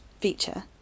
feature